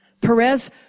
Perez